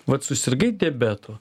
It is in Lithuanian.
vat susirgai diabetu